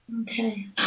Okay